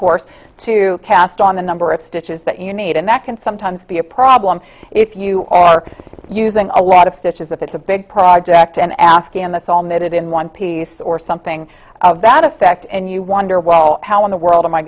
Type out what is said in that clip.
course to cast on the number of stitches that you need and that can sometimes be a problem if you are using a lot of stitches if it's a big project an afghan that's all knitted in one piece or something of that effect and you wonder well how in the world am i